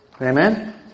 Amen